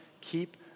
keep